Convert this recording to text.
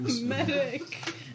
Medic